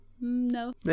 No